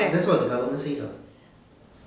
that's what the government says [what]